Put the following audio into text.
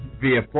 via